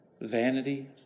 Vanity